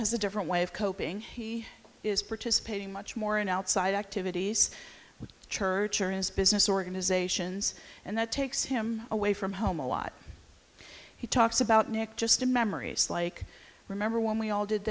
has a different way of coping he is participating much more in outside activities with churches business organizations and that takes him away from home a lot he talks about nick just to memories like remember when we all did